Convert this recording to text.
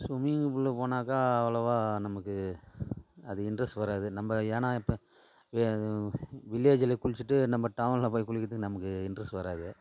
swimming pool போனாக்க அவ்வளோவா நமக்கு அது இண்ட்ரஸ்ட் வராது நம்ம ஏன்னால் இப்போ வே வில்லேஜில் குளித்துட்டு நம்ம டவுனில் போய் குளிக்கிறதுக்கு நமக்கு இண்ட்ரஸ்ட் வராது